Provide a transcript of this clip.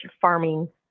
farming